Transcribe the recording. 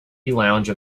lounge